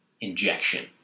injection